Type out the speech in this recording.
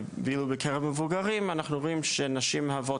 ואילו בקרב מבוגרים אנחנו רואים שנשים מהוות